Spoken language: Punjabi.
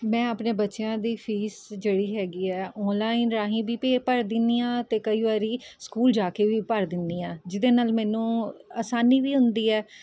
ਮੈਂ ਆਪਣੇ ਬੱਚਿਆਂ ਦੀ ਫ਼ੀਸ ਜਿਹੜੀ ਹੈਗੀ ਹੈ ਔਨਲਾਈਨ ਰਾਹੀਂ ਵੀ ਭੇ ਭਰ ਦਿੰਦੀ ਹਾਂ ਅਤੇ ਕਈ ਵਾਰੀ ਸਕੂਲ ਜਾ ਕੇ ਵੀ ਭਰ ਦਿੰਦੀ ਹਾਂ ਜਿਹਦੇ ਨਾਲ਼ ਮੈਨੂੰ ਅਸਾਨੀ ਵੀ ਹੁੰਦੀ ਹੈ